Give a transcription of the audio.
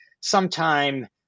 sometime